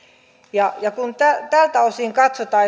kun tältä osin katsotaan